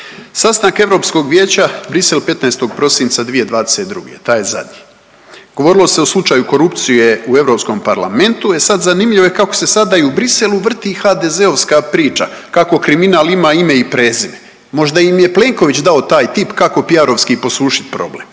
Sastanak Europskog vijeća Bruxelles 15. prosinca 2022. taj je zadnji. Govorilo se o slučaju korupcije u Europskom parlamentu, e sad zanimljivo je kako se sada i u Bruxellesu vrti HDZ-ovska priča kako kriminal ima ime i prezime. Možda im je Plenković dao taj tip kao PR-ovski posušiti problem.